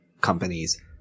companies